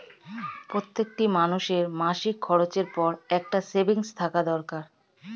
প্রত্যেকটি মানুষের মাসিক খরচের পর একটা সেভিংস থাকা দরকার